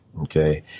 Okay